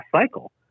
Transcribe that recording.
cycle